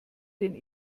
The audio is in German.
den